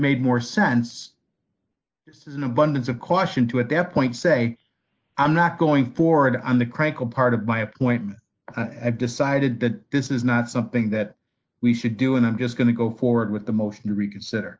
made more sense in abundance of caution to a death point say i'm not going forward on the critical part of my appointment and decided that this is not something that we should do and i'm just going to go forward with the motion to reconsider